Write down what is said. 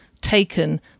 Taken